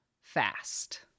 fast